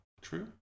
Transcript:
True